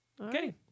Okay